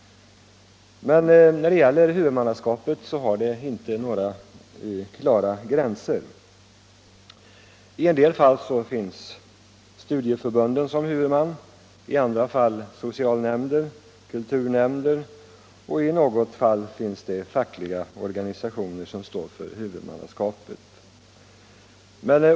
När det gäller huvudmannaskapet finns det inga klara gränser. I en del fall står studieförbunden som huvudman, i andra fall socialnämnder, kulturnämnder och i något fall fackliga organisationer.